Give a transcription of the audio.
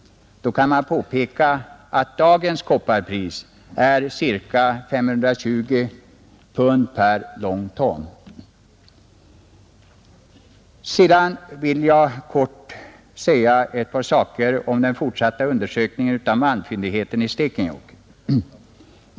Man kan därtill påpeka att dagens kopparpris är ca 520 pund per long ton. Jag vill sedan helt kort säga ett par saker om den fortsatta undersökningen av malmfyndigheten i Stekenjokk.